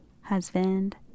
husband